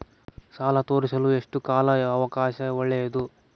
ಸಾಲ ತೇರಿಸಲು ಎಷ್ಟು ಕಾಲ ಅವಕಾಶ ಒಳ್ಳೆಯದು?